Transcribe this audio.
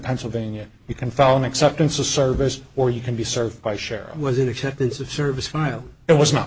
pennsylvania you can follow me acceptance of service or you can be served by cheryl was in acceptance of service file it was not